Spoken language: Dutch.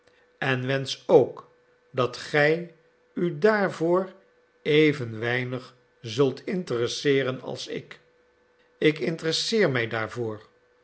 en wensch ook dat gij u daarvoor even weinig zult interesseeren als ik ik interesseer mij daarvoor